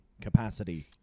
capacity